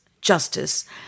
justice